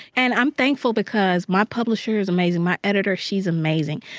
and i'm thankful because my publisher is amazing. my editor, she's amazing.